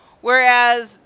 Whereas